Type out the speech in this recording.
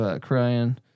crying